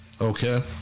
Okay